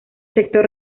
sector